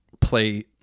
play